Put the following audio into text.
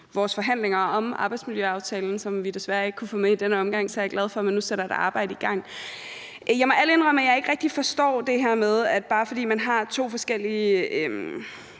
vores forhandlinger om arbejdsmiljøaftalen, som vi jo desværre ikke kunne få med i denne omgang. Så jeg er glad for, at man nu sætter et arbejde i gang. Jeg må ærligt indrømme, at jeg ikke rigtig forstår det her med, at bare fordi man har to forskellige